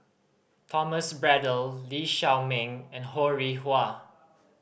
Thomas Braddell Lee Shao Meng and Ho Rih Hwa